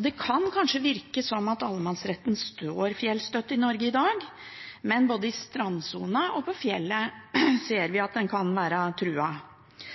Det kan kanskje virke som allemannsretten står fjellstøtt i Norge i dag, men både i strandsonen og på fjellet ser vi at